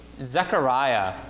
Zechariah